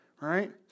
right